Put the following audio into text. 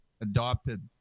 adopted